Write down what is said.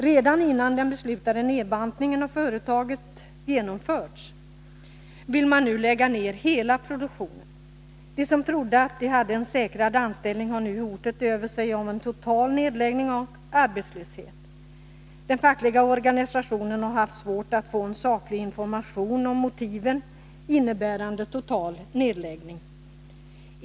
Redan innan den beslutade nedbantningen av företaget genomförts, vill man nu lägga ned hela produktionen. De som trodde att de hade en säkrad anställning har nu hotet över sig om en total nedläggning och arbetslöshet. Den fackliga organisationen har haft svårt att få en saklig information om motiven till en total nedläggning.